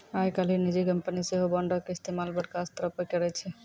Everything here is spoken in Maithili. आइ काल्हि निजी कंपनी सेहो बांडो के इस्तेमाल बड़का स्तरो पे करै छै